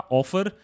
offer